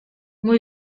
muy